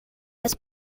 faces